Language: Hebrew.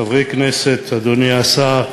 חברי הכנסת, אדוני השר,